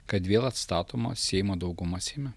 kad vėl atstatoma seimo dauguma seime